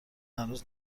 هنوز